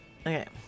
Okay